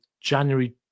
January